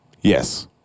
yes